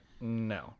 no